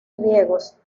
riegos